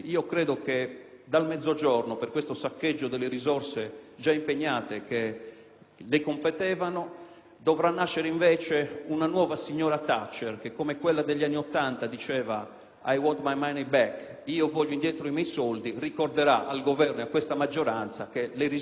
gli competevano, dovrà nascere invece una nuova signora Thatcher che, come quella degli anni '80 diceva «*I want my money back*» (io voglio indietro i miei soldi), ricorderà al Governo e a questa maggioranza che le risorse per il Mezzogiorno dovranno essere recuperate altrove. Vi aspettiamo; questa è la sfida!